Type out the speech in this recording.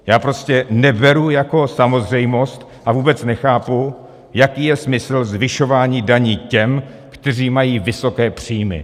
Já prostě neberu jako samozřejmost, a vůbec nechápu, jaký je smysl zvyšování daní těm, kteří mají vysoké příjmy.